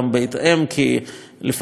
כי לפעמים שוכחים את זה,